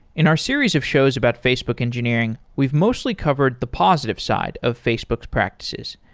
in our series of shows about facebook engineering, we've mostly covered the positive side of facebook practices.